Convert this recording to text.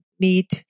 need